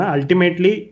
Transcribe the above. Ultimately